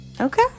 Okay